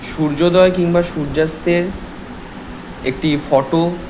সূর্যোদয় কিম্বা সূর্যাস্তের একটি ফটো